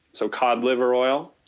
so cod liver oil,